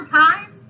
time